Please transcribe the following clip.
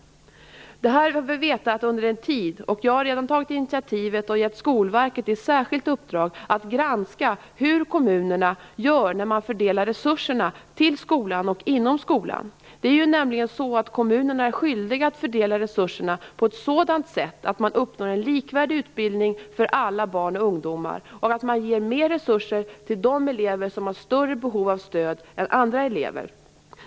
Det här har vi vetat under en tid. Jag har redan tagit initiativet att ge Skolverket i särskilt uppdrag att granska hur kommunerna gör när de fördelar resurserna till skolan och inom skolan. Kommunerna är nämligen skyldiga att fördela resurserna på ett sådant sätt att man uppnår en likvärdig utbildning för alla barn och ungdomar och att man ger större resurser till de elever som har större behov av stöd än andra elever.